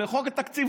בחוק התקציב,